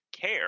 care